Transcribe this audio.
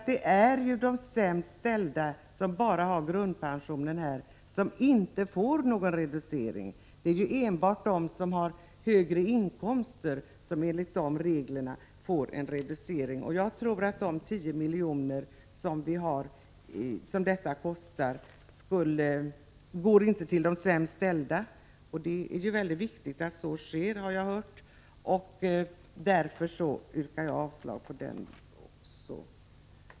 Det är ju de sämst ställda, som bara har grundpensionen, som inte får någon reducering. Enbart de som har högre inkomster får enligt reglerna en reducering. Jag tror att de 10 milj.kr. som detta kostar inte skulle gå till de sämst ställda — och det är ju viktigt att så sker, har jag hört.